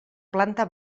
planta